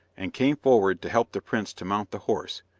and came forward to help the prince to mount the horse,